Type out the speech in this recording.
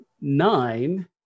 nine